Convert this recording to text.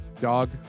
dog